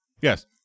Yes